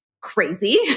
crazy